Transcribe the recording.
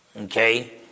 okay